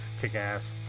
kick-ass